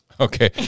Okay